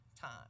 time